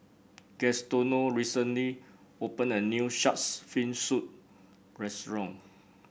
Gaetano recently opened a new shark's fin soup restaurant